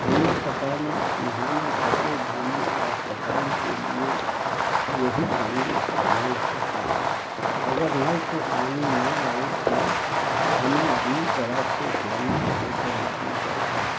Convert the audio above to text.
کھانا پکانے نہانے کپڑے دھونے اور صفائی کے لیے یہی پانی استعمال ہوتا ہے اگر نل سے پانی نہ آئے تو ہمیں دور دراز سے پانی بھر کر لانا پڑتا ہے